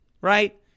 right